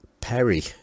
Perry